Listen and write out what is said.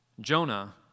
Jonah